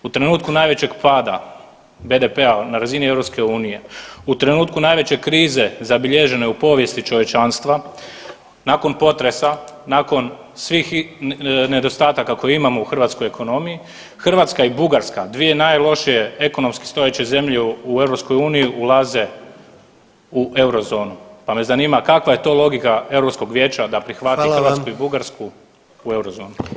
U trenutku najvećeg pada BDP-a na razini EU, u trenutku najveće krize zabilježene u povijesti čovječanstva, nakon potresa, nakon svih nedostataka koje imamo u hrvatskoj ekonomiji, Hrvatska i Bugarska dvije najlošije ekonomski stojeće zemlje u EU ulaze u eurozonu, pa me zanima kakva je to logika Europskog vijeća da prihvati Hrvatsku i Bugarsku u eurozonu?